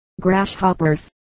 grasshoppers